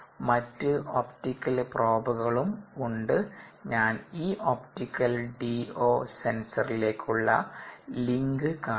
മറ്റ് ഒപ്റ്റിക്കൽ പ്രോബുകളും ഉണ്ട് ഞാൻ ഈ ഒപ്റ്റിക്കൽ DO സെൻസറിലേക്കുള്ള ലിങ്ക് കാണിക്കാം